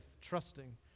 trusting